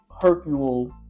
Hercule